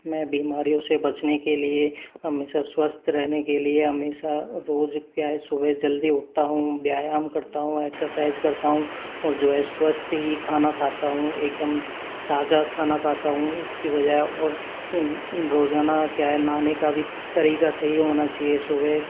मैं बीमारियों से बचने के लिए हमेशा स्वस्थ रहने के लिए हमेशा रोज़ क्या है सुबह जल्दी उठता हूँ व्यायाम करता हूँ एक्सरसाइज़ करता हूँ और जो है स्वस्थ ही खाना खाता हूँ एकदम ताज़ा खाना खाता हूँ इसकी बजाए और रोज़ाना क्या है नहाने का भी तरीका सही होना चाहिए सुबह